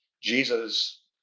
Jesus